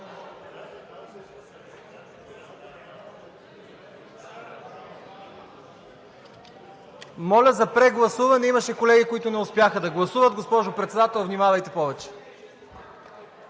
Моля за прегласуване. Имаше колеги, които не успяха да гласуват. Госпожо Председател, внимавайте повече.